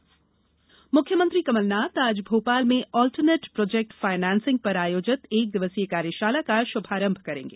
कार्यशाला मुख्यमंत्री कमलनाथ आज भोपाल में ऑल्टरनेट प्रोजेक्ट फायनेन्सिग पर आयोजित एक दिवसीय कार्यशाला का शुभारंभ करेंगे